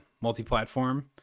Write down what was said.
multi-platform